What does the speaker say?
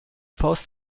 post